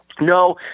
No